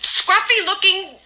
scruffy-looking